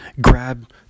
grab